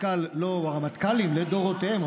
הרמטכ"לים לדורותיהם,